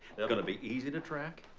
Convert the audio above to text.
they're gonna be easy to track.